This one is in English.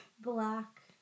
Black